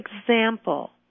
example